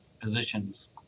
positions